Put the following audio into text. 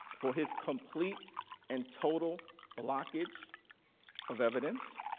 for his complete and total blockage of evidence.